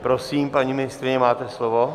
Prosím, paní ministryně, máte slovo.